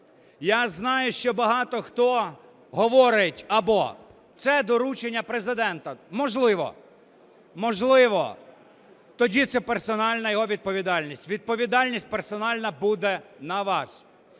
я знаю, що багато хто говорить: або це доручення Президента. Можливо. Можливо, тоді це персональна його відповідальність. Відповідальність персональна буде на вас.